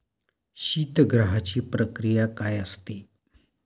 शीतगृहाची प्रक्रिया काय असते?